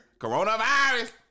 Coronavirus